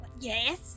Yes